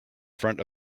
front